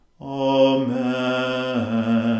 Amen